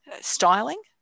styling